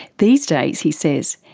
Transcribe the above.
these days, he says,